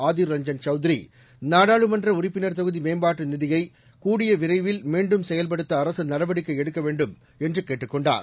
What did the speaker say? ஆதிர் ரஞ்சன் சௌத்ரி நாடாளுமன்ற உறுப்பினர் தொகுதி மேம்பாட்டு நிதியை கூடிய விரைவில் மீண்டும் செயல்படுத்த அரசு நடவடிக்கை எடுக்க வேண்டும் என்று கேட்டுக் கொண்டார்